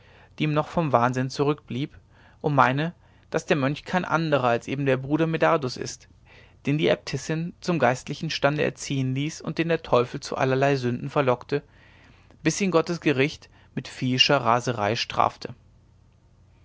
die ihm noch vom wahnsinn zurückblieb und meine daß der mönch kein anderer als eben der bruder medardus ist den die äbtissin zum geistlichen stande erziehen ließ und den der teufel zu allerlei sünden verlockte bis ihn gottes gericht mit viehischer raserei strafte